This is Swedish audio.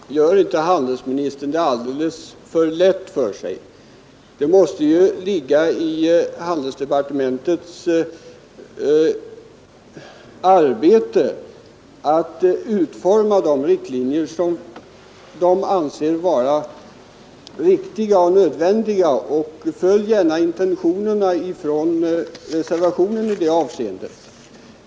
Herr talman! Gör inte handelsministern det alldeles för lätt för sig? Det måste väl ingå i handelsdepartementets arbetsuppgifter att utforma de riktlinjer som man där anser vara riktiga och nödvändiga. Följ gärna intentionerna från reservationen i det avseendet!